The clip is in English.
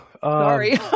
Sorry